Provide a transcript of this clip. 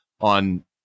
on